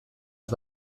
has